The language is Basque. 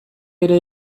ere